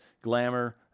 glamour